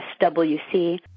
swc